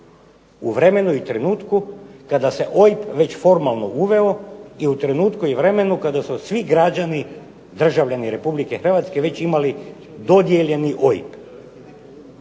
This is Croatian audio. U vremenu i trenutku kada se OIB već formalno uveo i u trenutku i vremenu kada su svi građani državljani Republike Hrvatske već imali dodijeljeni OIB.